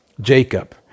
Jacob